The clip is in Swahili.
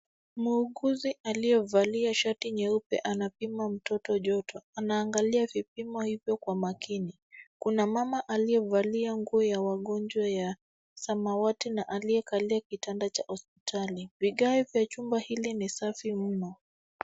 Muuguzi aliyevalia shati nyeupe anapima mtoto joto, anaangalia vipimo hivyo kwa makini. Kuna mama aliyevalia nguo ya wagonjwa ya samawati na aliyekalia kitanda cha hospitali. Vigae vya chumba hili ni safi mno.